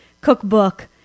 cookbook